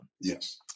Yes